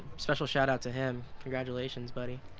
special shoutout to him, congratulations, buddy.